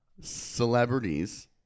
celebrities